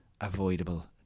avoidable